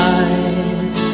eyes